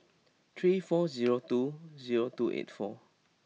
three four zero two zero two eight four